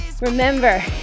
remember